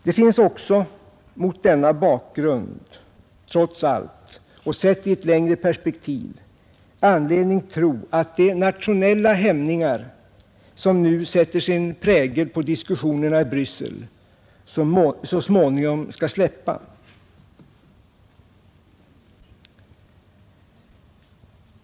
Det finns också mot denna bakgrund trots allt, och sett i ett längre perspektiv, anledning tro att de nationella hämningar som nu sätter sin prägel på diskussionerna i Bryssel så småningom skall släppa.